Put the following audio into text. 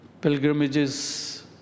pilgrimages